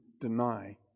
deny